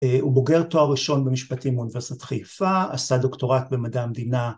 הוא בוגר תואר ראשון במשפטים באוניברסיטת חיפה, עשה דוקטורט במדע המדינה